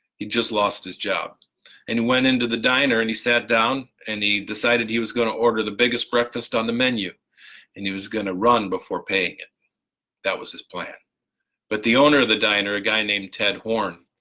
he just lost his job and he went into the diner and he sat down and he decided he was gonna order the biggest breakfast on the menu and he was gonna run before paying. that was his plan but the owner of the diner, a guy named ted horn,